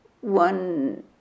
one